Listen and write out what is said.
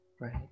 Right